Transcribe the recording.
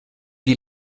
die